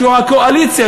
הקואליציה,